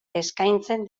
eskaintzen